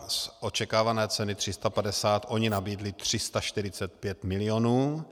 Z očekávané ceny 350 oni nabídli 345 milionů.